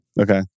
Okay